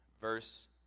verse